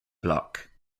block